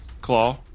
Claw